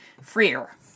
Freer